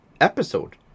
episode